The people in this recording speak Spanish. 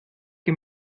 que